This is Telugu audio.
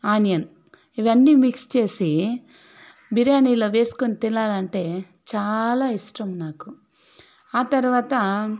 ఆనియన్ ఇవన్నీ మిక్స్ చేసి బిర్యానీలో వేసుకుని తినాలంటే చాలా ఇష్టం నాకు ఆ తర్వాత